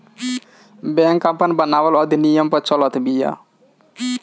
bank आपन बनावल अधिनियम पअ चलत बिया